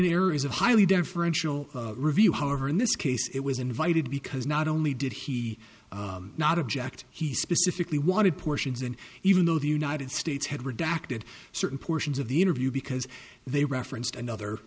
there is a highly deferential review however in this case it was invited because not only did he not object he specifically wanted portions and even though the united states had redacted certain portions of the interview because they referenced another